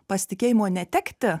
pasitikėjimo netekti